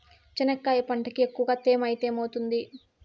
చెనక్కాయ పంటకి ఎక్కువగా తేమ ఐతే ఏమవుతుంది?